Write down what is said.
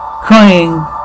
Crying